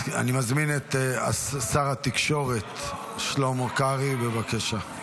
אני מזמין את שר התקשורת שלמה קרעי, בבקשה.